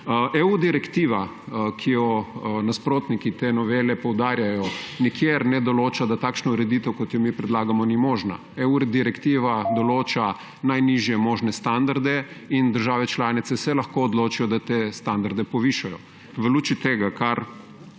Direktiva EU, ki jo nasprotniki te novele poudarjajo, nikjer ne določa, da takšna ureditev, kot jo mi predlagamo, ni možna. Direktiva EU določa najnižje možne standarde in države članice se lahko odločijo, da te standarde povišajo. V luči tega, kar